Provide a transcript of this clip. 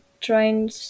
trying